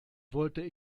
wollte